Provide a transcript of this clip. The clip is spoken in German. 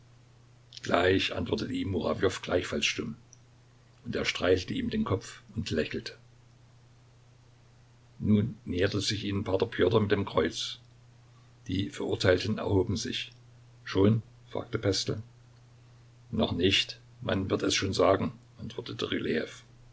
gleich antwortete ihm murawjow gleichfalls stumm und er streichelte ihm den kopf und lächelte nun näherte sich ihnen p pjotr mit dem kreuz die verurteilten erhoben sich schon fragte pestel noch nicht man wird es schon sagen antwortete